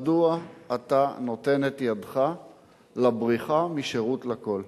מדוע אתה נותן את ידך לבריחה משירות לכול?